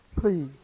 Please